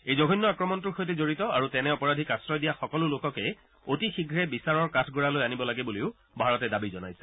এই জঘন্য আক্ৰমণটোৰ সৈতে জড়িত আৰু তেনে অপৰাধীক আশ্ৰয় দিয়া সকলো লোককে অতি শীয়ে বিচাৰৰ কাঠগৰালৈ আনিব লাগে বুলিও ভাৰতে দাবী জনাইছে